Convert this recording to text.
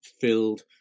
filled